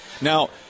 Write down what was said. Now